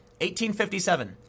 1857